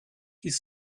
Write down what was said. his